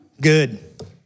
Good